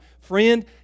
friend